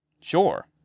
Sure